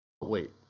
Wait